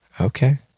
okay